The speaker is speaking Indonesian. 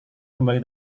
kembali